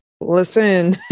listen